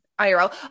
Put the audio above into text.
IRL